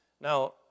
Now